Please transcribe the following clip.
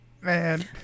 Man